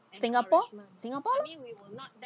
singapore singapore lor